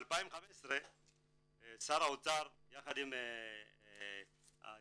ב-2015 שר האוצר יחד עם ההסתדרות,